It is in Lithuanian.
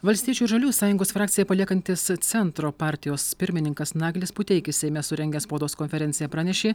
valstiečių ir žaliųjų sąjungos frakciją paliekantis centro partijos pirmininkas naglis puteikis seime surengęs spaudos konferenciją pranešė